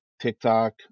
TikTok